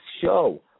show